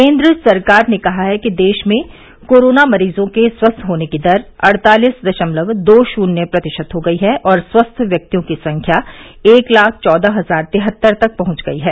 केन्द्र सरकार ने कहा है कि देश में कोरोना मरीजों के स्वस्थ होने की दर अड़तालीस दशमलव दो शून्य प्रतिशत हो गई है और स्वस्थ व्यक्तियों की संख्या एक लाख चौदह हजार तिहत्तर तक पहुंच गई हैं